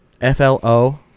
F-L-O